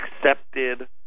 accepted